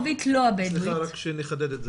אני רוצה לחדד את זה.